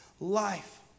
life